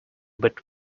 but